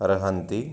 अर्हन्ति